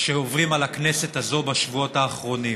שעוברים על הכנסת הזאת בשבועות האחרונים.